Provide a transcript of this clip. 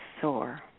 soar